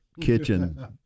kitchen